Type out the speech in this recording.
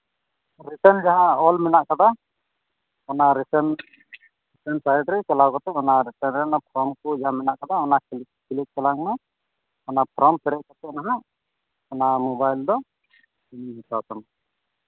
return ᱡᱟᱦᱟᱸ ᱚᱞ ᱢᱮᱱᱟᱜ ᱠᱟᱫᱟ ᱚᱱᱟ ᱨᱤᱴᱟᱨᱱ ᱥᱟᱭᱤᱴ ᱨᱮ ᱪᱟᱞᱟᱣ ᱠᱟᱛᱮᱫ ᱚᱱᱟ ᱥᱮᱠᱮᱱᱰ ᱦᱮᱱᱰ ᱯᱷᱨᱚᱢ ᱠᱚ ᱡᱟᱦᱟᱸ ᱢᱮᱱᱟᱜ ᱠᱟᱫᱟ ᱚᱱᱟ ᱠᱞᱤᱠ ᱛᱟᱞᱟᱝ ᱢᱮ ᱚᱱᱟ ᱯᱷᱨᱚᱢ ᱯᱮᱨᱮᱡ ᱠᱟᱛᱮᱫ ᱚᱱᱟ ᱦᱟᱸᱜ ᱚᱱᱟ ᱢᱳᱵᱟᱭᱤᱞ ᱫᱚ ᱤᱧ ᱦᱟᱛᱟᱣ ᱛᱟᱢᱟ